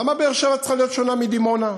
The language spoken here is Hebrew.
למה באר-שבע צריכה להיות שונה מדימונה?